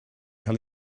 cael